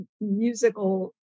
musical